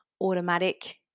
automatic